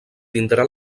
tindrà